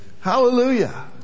Hallelujah